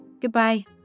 Goodbye